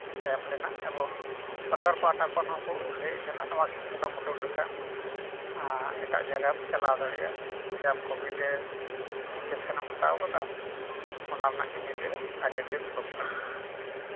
ᱮᱢ ᱞᱮᱱᱟ ᱮᱵᱚᱝ ᱥᱚᱨᱠᱟᱨ ᱯᱟᱦᱴᱟ ᱠᱷᱚᱱ ᱦᱚᱸ ᱩᱱ ᱞᱟᱹᱭ ᱮᱫ ᱛᱟᱦᱮᱱᱟ ᱱᱚᱣᱟ ᱥᱤᱫ ᱥᱟᱠᱟᱢ ᱩᱰᱩᱠ ᱞᱮᱱᱠᱷᱟᱱ ᱮᱴᱟᱜ ᱡᱟᱭᱜᱟᱢ ᱪᱟᱞᱟᱣ ᱫᱟᱲᱮᱭᱟᱜᱼᱟ ᱡᱮ ᱟᱢ ᱠᱳᱵᱷᱤᱰ ᱮ ᱤᱧᱡᱮᱠᱥᱮᱱ ᱮᱢ ᱦᱟᱛᱟᱣ ᱠᱟᱫᱟ ᱚᱱᱟ ᱨᱮᱱᱟᱜ ᱜᱮ ᱢᱤᱫᱴᱮᱡ ᱟᱭᱰᱮᱱᱴᱤ ᱯᱨᱩᱵᱽ ᱠᱟᱱᱟ